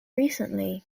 recently